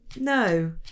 No